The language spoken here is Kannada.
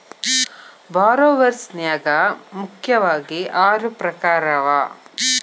ಭಾರೊವರ್ಸ್ ನ್ಯಾಗ ಮುಖ್ಯಾವಗಿ ಆರು ಪ್ರಕಾರವ